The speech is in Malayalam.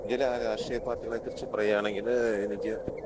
ഇന്ത്യയിലെ രാഷ്ട്രീയ പാർട്ടികളെ കുറിച്ചു പറയുകയാണെങ്കിൽ എനിക്ക്